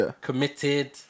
committed